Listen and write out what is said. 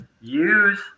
use